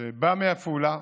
שבא מעפולה,